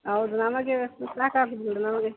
ಹೌದು ನಮಗೆ ಅಷ್ಟು ಸಾಕಾಗೋದಿಲ್ಲ ನಮಗೆ